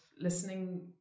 listening